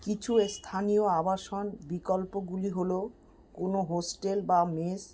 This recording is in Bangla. কিছু স্থানীয় আবাসন বিকল্পগুলি হলো কোনও হোস্টেল বা মেস